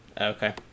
Okay